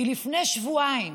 כי לפני שבועיים